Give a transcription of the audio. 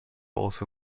also